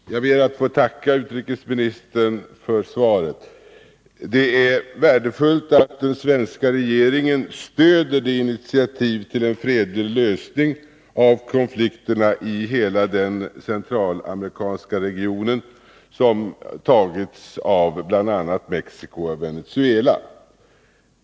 Herr talman! Jag ber att få tacka utrikesministern för svaret. Det är värdefullt att den svenska regeringen stöder det initiativ till en fredlig lösning av konflikterna i hela den centralamerikanska regionen som tagits av bl.a. Mexico och Venezuela.